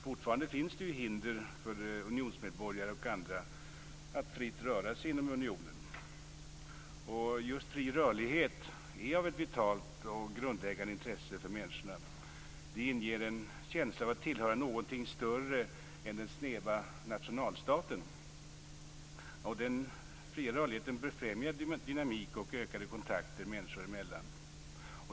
Fortfarande finns det ju hinder för unionsmedborgare och andra att fritt röra sig inom unionen. Just fri rörlighet är ett vitalt och grundläggande intresse för människorna. Det inger en känsla av att tillhöra något större än den snäva nationalstaten. Den fria rörligheten befrämjar dynamik och ökade kontakter människor emellan.